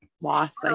lost